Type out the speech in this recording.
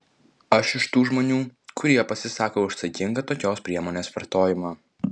aš iš tų žmonių kurie pasisako už saikingą tokios priemonės vartojimą